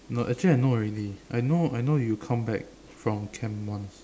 no actually I know already I know I know you come back from camp once